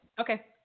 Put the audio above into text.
Okay